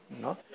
No